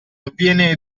avviene